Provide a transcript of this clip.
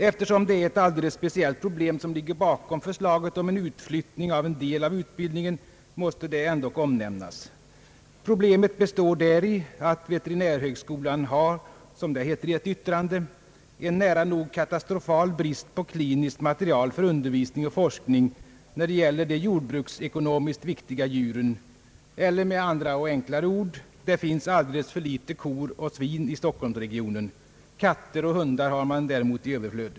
Eftersom det är ett alldeles speciellt problem som ligger bakom förslaget om en utflyttning av en del av utbildningen, måste det ändock omnämnas. Problemet består däri att veterinärhögskolan har — som det heter i ett yttrande — en »nära nog katastrofal brist på kliniskt material för undervisning och forskning, när det gäller de jordbruksekonomiskt viktiga djuren» eller med andra och enklare ord: det finns alldeles för litet kor och svin i Stockholmsregionen. Katter och hundar har man däremot i överflöd.